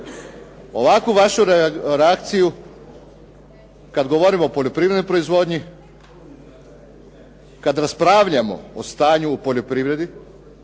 ovakvu vašu reakciju kad govorim o poljoprivrednoj proizvodnji, kad raspravljamo o stanju u poljoprivredi,